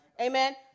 Amen